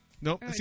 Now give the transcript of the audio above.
Nope